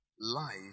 life